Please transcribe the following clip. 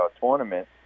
tournament